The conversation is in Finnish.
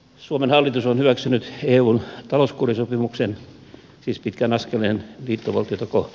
suomen hallitus on hyväksynyt eun talouskurisopimuksen siis pitkän askeleen liittovaltiota kohti